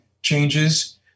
changes